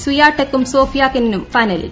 സ്വിയാടെക്കും Sofia കെനിനും ഫൈനലിൽ